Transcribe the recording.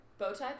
Bowtie